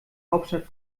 hauptstadt